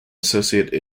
associate